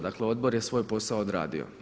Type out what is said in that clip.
Dakle, odbor je svoj posao odradio.